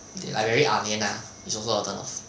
they like very ah lian ah is also a turn off